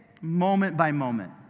moment-by-moment